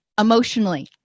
Emotionally